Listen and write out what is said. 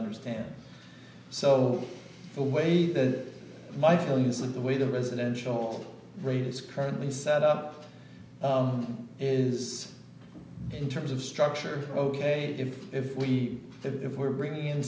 understand so the way that my feeling is and the way the residential rate is currently set up is in terms of structure ok if if we if we're bringing in